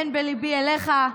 אין בליבי עליך,